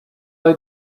that